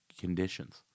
conditions